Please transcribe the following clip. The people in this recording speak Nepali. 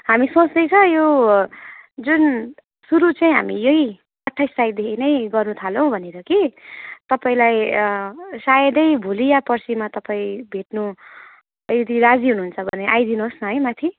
हामी सोच्दैछ यो जुन सुरु चाहिँ हामी यही अट्ठाइस तारिकदेखि नै गर्नु थालौँ भनेर कि तपाईँलाई सायदै भोलि या पर्सीमा तपाईँ भेट्नु यदि राजी हुनुहुन्छ भने आइदिनुहोस् न है माथि